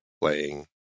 playing